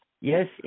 Yes